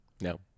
No